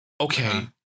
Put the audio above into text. Okay